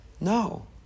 No